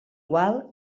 igual